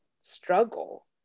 struggle